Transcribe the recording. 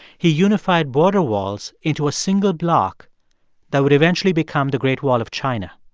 he unified border walls into a single block that would eventually become the great wall of china.